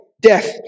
death